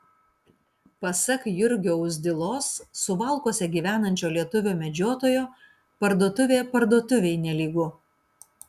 pasak jurgio uzdilos suvalkuose gyvenančio lietuvio medžiotojo parduotuvė parduotuvei nelygu